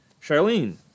Charlene